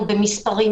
במספרים,